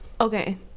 okay